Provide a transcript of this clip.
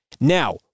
Now